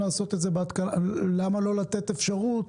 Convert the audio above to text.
למה לא לתת אפשרות